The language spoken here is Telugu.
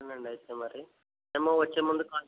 ఉంటానండి అయితే మరి మేము వచ్చేముందు కాల్